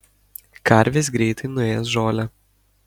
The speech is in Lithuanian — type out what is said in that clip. karvės greitai nuės žolę